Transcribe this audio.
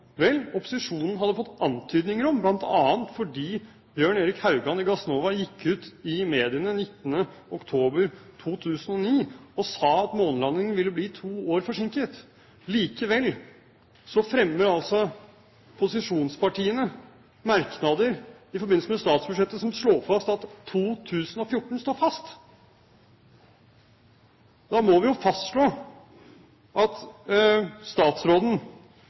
Vel, opposisjonen hadde fått antydninger, bl.a. fordi Bjørn-Erik Haugan i Gassnova gikk ut i mediene 19. oktober 2009 og sa at månelandingen ville bli to år forsinket. Likevel har altså posisjonspartiene merknader i forbindelse med statsbudsjettet som slår fast at 2014 står fast. Vi må fastslå at statsråden